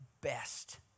best